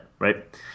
Right